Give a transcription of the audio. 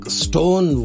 stone